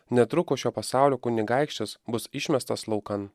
netrukus šio pasaulio kunigaikštis bus išmestas laukan